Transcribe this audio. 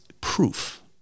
proof